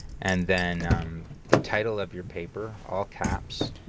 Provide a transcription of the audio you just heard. and then the title of your paper, all caps.